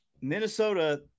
Minnesota